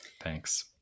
Thanks